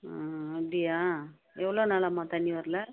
ஆ அப்படியா எவ்வளோ நாளாம்மா தண்ணி வரல